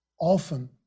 often